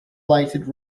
lighted